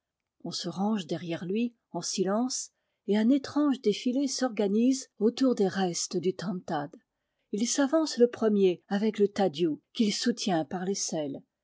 on se range derrière lui en silence et un étrange défilé s'organise autour des restes du tantad il s'avance le premier avec le tadiou qu'il soutient